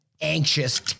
Anxious